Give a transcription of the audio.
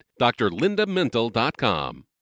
drlindamental.com